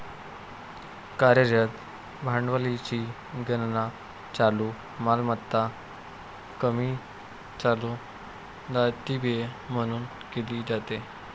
कार्यरत भांडवलाची गणना चालू मालमत्ता कमी चालू दायित्वे म्हणून केली जाते